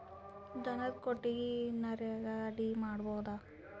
ದನದ ಕೊಟ್ಟಿಗಿ ನರೆಗಾ ಅಡಿ ಮಾಡಬಹುದಾ?